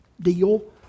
deal